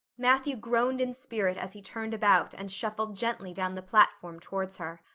matthew groaned in spirit as he turned about and shuffled gently down the platform towards her.